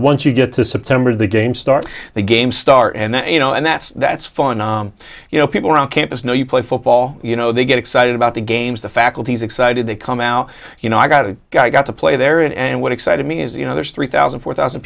once you get to september the game starts the game start and then you know and that's that's fun you know people around campus know you play football you know they get excited about the games the faculty's excited they come out you know i got a guy got to play there and what excited me is you know there's three thousand four thousand